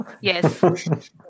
Yes